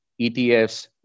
ETFs